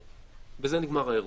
ובזה נגמר האירוע,